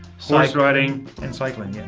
so like riding and cycling